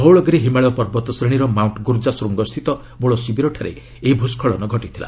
ଧଉଳଗିରି ହିମାଳୟ ପର୍ବତଶ୍ରେଣୀର ମାଉଣ୍ଟ୍ ଗୁର୍ଜା ଶ୍ଚଙ୍ଗ ସ୍ଥିତ ମୂଳ ଶିବିରଠାରେ ଏହି ଭୂସ୍କଳନ ହୋଇଥିଲା